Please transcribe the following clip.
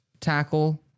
tackle